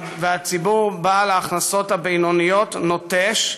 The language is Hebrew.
והציבור בעל ההכנסות הבינוניות נוטש,